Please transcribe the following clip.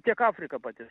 tiek afrika pati